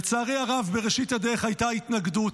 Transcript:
לצערי הרב, בראשית הדרך הייתה התנגדות.